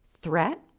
threat